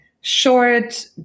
short